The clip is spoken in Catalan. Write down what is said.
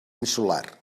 insular